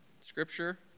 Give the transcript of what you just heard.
scripture